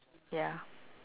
ya